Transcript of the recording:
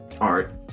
art